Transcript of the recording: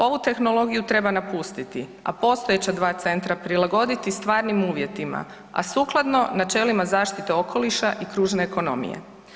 Ovu tehnologiju treba napustiti, a postojeća 2 centra prilagoditi stvarnim uvjetima, a sukladno načelima zaštite okoliša i kružne ekonomije.